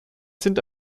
sind